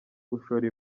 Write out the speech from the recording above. gushora